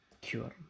cure